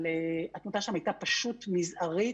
אבל התמותה שם הייתה פשוט מזערית